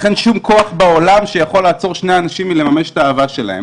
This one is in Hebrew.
אין שום כוח בעולם שיכול לעצור שני אנשים מלממש את האהבה שלהם,